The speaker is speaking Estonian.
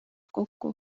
kokku